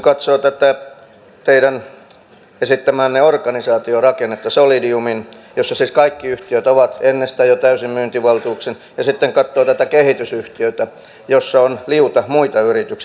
katsotaan tätä teidän esittämäänne organisaatiorakennetta solidiumiin jossa siis kaikki yhtiöt ovat ennestään jo täysin myyntivaltuuksin ja sitten katsotaan tätä kehitysyhtiötä jossa on liuta muita yrityksiä